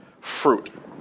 fruit